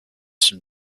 some